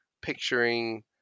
picturing